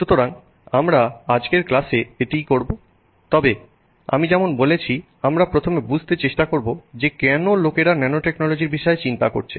সুতরাং আমরা আজকের ক্লাসে এটিই করব তবে আমি যেমন বলেছি আমরা প্রথমে বুঝতে চেষ্টা করব যে কেন লোকেরা ন্যানোটেকনোলজির বিষয়ে চিন্তা করছে